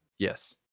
Yes